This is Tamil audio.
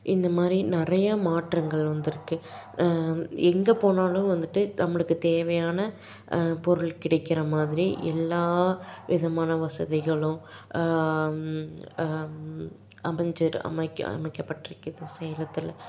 இந்த மாதிரி நிறையா மாற்றங்கள் வந்திருக்கு எங்கே போனாலும் வந்துட்டு நம்மளுக்கு தேவையான பொருள் கிடைக்கிற மாதிரி எல்லா விதமான வசதிகளும் அமஞ்சி அமைக்க அமைக்கப்பட்டிருக்குது சேலத்தில்